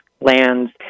lands